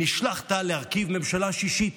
ונשלחת להרכיב ממשלה שישית.